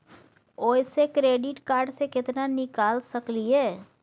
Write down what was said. ओयसे credit card से केतना निकाल सकलियै?